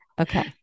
Okay